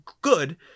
good